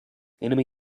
enemy